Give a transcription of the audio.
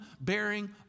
bearing